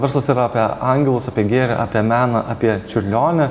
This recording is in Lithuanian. verslas yra apie angelus apie gėrį apie meną apie čiurlionį